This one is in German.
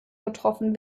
getroffen